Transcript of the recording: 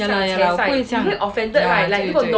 ya lah ya lah 会这样 ya 对对